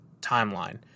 timeline